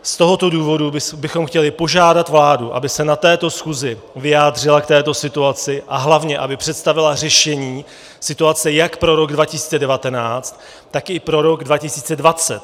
Z tohoto důvodu bychom chtěli požádat vládu, aby se na této schůzi vyjádřila k této situaci a hlavně aby představila řešení situace jak pro rok 2019, tak i pro rok 2020.